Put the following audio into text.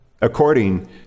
according